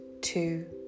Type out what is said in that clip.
two